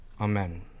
Amen